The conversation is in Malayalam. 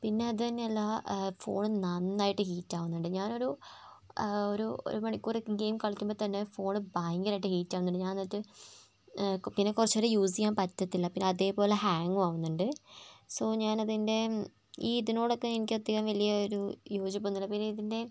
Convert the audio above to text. പിന്നെ അതെന്നെ എല്ലാ ഫോണും നന്നായിട്ട് ഹീറ്റ് ആവുന്നുണ്ട് ഞാനൊരു ഒരു ഒരു മണിക്കൂർ ഗെയിം കളിക്കുമ്പോൾ തന്നെ ഫോൺ ഭയങ്കരമായിട്ട് ഹീറ്റ് ആവുന്നുണ്ട് ഞാനെന്നിട്ട് പിന്നെ കുറച്ച് നേരം യൂസ് ചെയ്യാൻ പറ്റത്തില്ല പിന്നെ അതേപോലെ ഹാങ്ങും ആവുന്നുണ്ട് സൊ ഞാനത് എൻ്റെ ഈ ഇതിനോടൊക്കെ എനിക്ക് അത്രേം വലിയ ഒരു യോജിപ്പൊന്നും ഇല്ല പിന്നെ ഇതിൻ്റെ